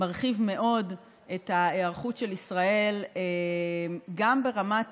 מרחיב מאוד את ההיערכות של ישראל גם ברמת